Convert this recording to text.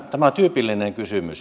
tämä on tyypillinen kysymys